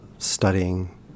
studying